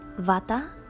Vata